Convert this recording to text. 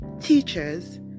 teachers